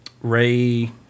Ray